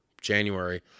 January